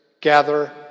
gather